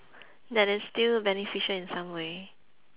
that is still beneficial in some way